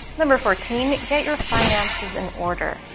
number fourteen get your finances in order.